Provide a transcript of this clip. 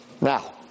now